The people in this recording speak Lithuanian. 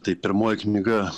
tai pirmoji knyga